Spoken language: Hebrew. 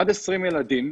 עד 20 ילדים.